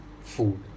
Food